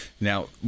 Now